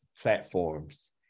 platforms